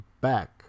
back